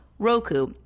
Roku